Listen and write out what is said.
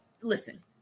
listen